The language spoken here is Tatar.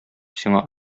сиңа